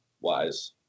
wise